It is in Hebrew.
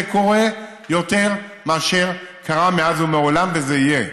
זה קורה יותר מאשר קרה מאז ומעולם, וזה יהיה.